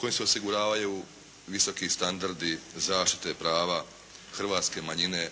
kojim se osiguravaju visoki standardi zaštite prava hrvatske manjine